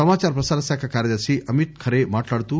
సమాచార ప్రసార శాఖ కార్యదర్ని అమిత్ ఖరే మాట్లాడుతూ